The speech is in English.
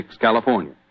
California